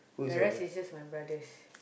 the rest is just my brothers